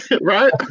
Right